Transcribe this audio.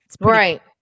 Right